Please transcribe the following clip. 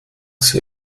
sie